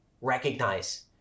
recognize